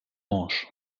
manche